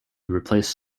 replace